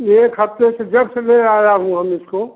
एक हफ़्ते से जब से ले आया हूँ हम इसको